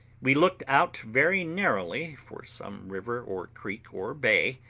we looked out very narrowly for some river or creek or bay,